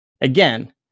Again